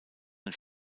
ein